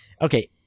Okay